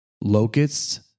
Locusts